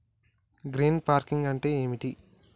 Green farming అంటే ఏమిటి?